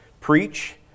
preach